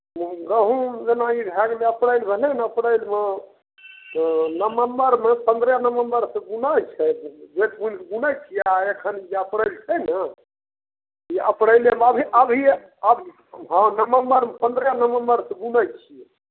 हॅं गहूॅंम जेना ई भए गेलै अप्रैल भेलै ने अप्रैलमे हॅं नवम्बरमे पन्द्रह नवम्बरसॅं बूनै छै जेठ बुलिक बूनै छियै एखन ई जे अप्रैल छै ने ई अप्रैलेमे अभी अभिये अब हॅं नवम्बरमे पन्द्रह नवम्बर सऽ बूनै छियै